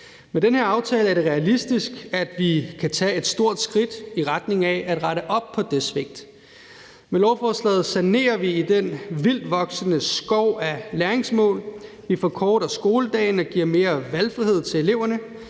Med den her aftale er det realistisk, at vi kan tage et stort skridt i retning af at rette op på det svigt. Med lovforslaget sanerer vi den vildtvoksende skov af læringsmål, vi forkorter skoledagene, vi giver mere valgfrihed til eleverne,